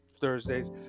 Thursdays